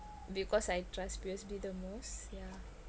because I trust P_O_S_B the most yeah